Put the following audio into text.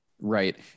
Right